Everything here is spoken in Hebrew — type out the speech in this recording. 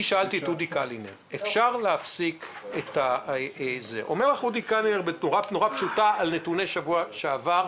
אומר לך אודי קלינר על נתוני שבוע שעבר,